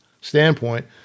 standpoint